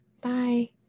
Bye